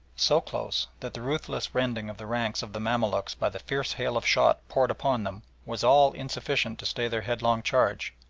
so close that the ruthless rending of the ranks of the mamaluks by the fierce hail of shot poured upon them was all insufficient to stay their headlong charge,